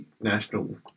national